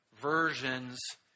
Versions